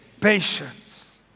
patience